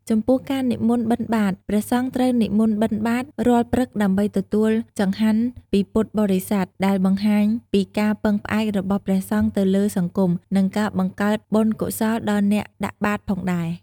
ចំពោះការនិមន្តបិណ្ឌបាត្រ ព្រះសង្ឃត្រូវនិមន្តបិណ្ឌបាត្ររាល់ព្រឹកដើម្បីទទួលចង្ហាន់ពីពុទ្ធបរិស័ទ ដែលបង្ហាញពីការពឹងផ្អែករបស់ព្រះសង្ឃទៅលើសង្គម និងការបង្កើតបុណ្យកុសលដល់អ្នកដាក់បាត្រផងដែរ។